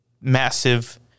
massive